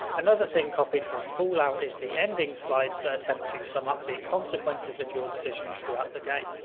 another thing copied from fallout is the ending slides that attempt to sum up the consequences of your decisions throughout the game.